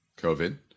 COVID